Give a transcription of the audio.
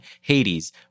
Hades